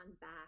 back